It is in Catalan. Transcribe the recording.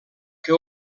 que